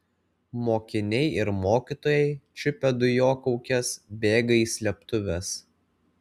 mokiniai ir mokytojai čiupę dujokaukes bėga į slėptuves